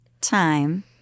time